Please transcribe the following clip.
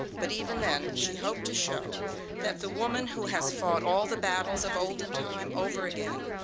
but even then she hoped to show that the woman who has fought all the battles of olden time over again,